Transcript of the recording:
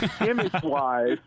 image-wise